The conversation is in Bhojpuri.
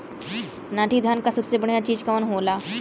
नाटी धान क सबसे बढ़िया बीज कवन होला?